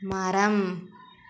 மரம்